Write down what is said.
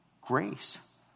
grace